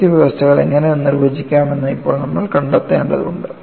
അതിർത്തി വ്യവസ്ഥകൾ എങ്ങനെ നിർവചിക്കാമെന്ന് ഇപ്പോൾ നമ്മൾ കണ്ടെത്തേണ്ടതുണ്ട്